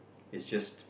is just